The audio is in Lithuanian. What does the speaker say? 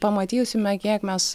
pamatysime kiek mes